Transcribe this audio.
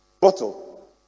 bottle